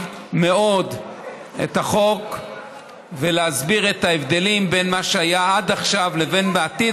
מאוד על החוק ולהסביר את ההבדלים בין מה שהיה עד עכשיו לבין העתיד,